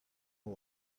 boy